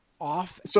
off